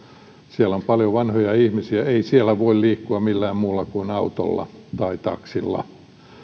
siellä on paljon vanhoja ihmisiä ei siellä voi liikkua millään muulla kuin autolla tai taksilla